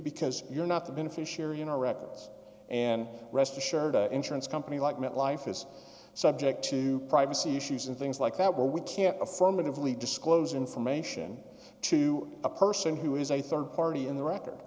because you're not the beneficiary in our records and rest assured the insurance company like met life is subject to privacy issues and things like that where we can a form of lee disclose information to a person who is a rd party in the record